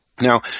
Now